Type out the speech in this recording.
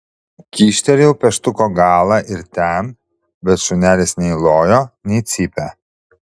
kyštelėjau pieštuko galą ir ten bet šunelis nei lojo nei cypė